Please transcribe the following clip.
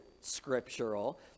scriptural